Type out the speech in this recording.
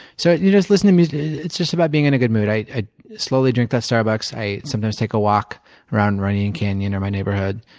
so you just listen to music it's just about being in a good mood. i i slowly drink that starbucks. i sometimes take a walk around runyon canyon or my neighborhood,